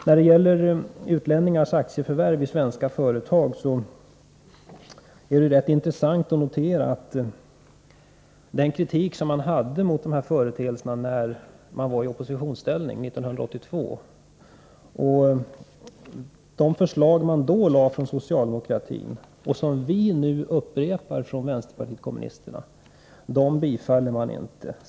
När det gäller utlänningars aktieförvärv i svenska företag är det rätt intressant att notera den kritik som riktades mot denna företeelse av socialdemokraterna när de var i oppositionsställning 1982. Då lades fram förslag från socialdemokraterna, och vi från vpk har nu väckt liknande förslag, men dem bifaller man inte.